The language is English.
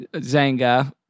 Zanga